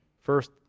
First